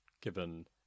given